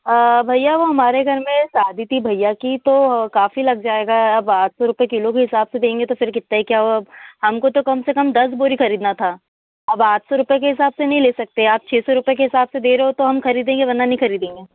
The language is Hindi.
भैया वह हमारे घर में शादी थी भैया की तो काफ़ी लग जाएगा अब आठ सौ रुपये किलो के हिसाब से देंगे तो फिर कितना ही क्या हमको तो कम से कम दस बोरी खरीदना था अब आठ सौ रुपये के हिसाब से नहीं ले सकते हैं आप छः सौ रुपये के हिसाब से दे रहे हो तो हम खरीदेंगे वरना नहीं खरीदेंगे